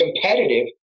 competitive